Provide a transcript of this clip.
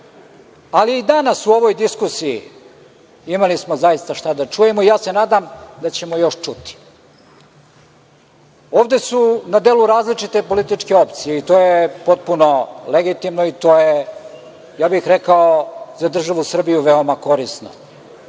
ali danas u ovoj diskusiji imali smo zaista šta da čujemo. Nadam se da ćemo još čuti. Ovde su na delu različite političke opcije i to je potpuno legitimno i to je, rekao bih, za državu Srbiju veoma korisno.